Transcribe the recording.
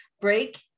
break